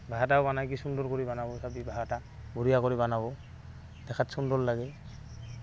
বাহা এটাও বনাই কি সুন্দৰ কৰি বানাব চাবি বাহা এটা বঢ়িয়া কৰি বনাব দেখাত সুন্দৰ লাগে